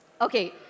okay